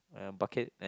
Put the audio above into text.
a bucket and